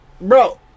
Bro